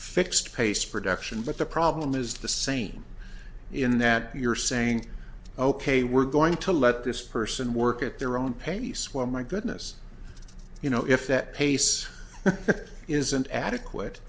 fixed pace production but the problem is the same in that you're saying ok we're going to let this person work at their own pace when my goodness you know if that pace isn't adequate